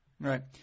Right